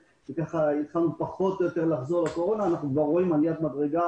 כשהתחלנו לחזור לקורונה אנחנו רואים עליית מדרגה